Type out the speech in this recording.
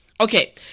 Okay